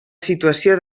situació